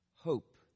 hope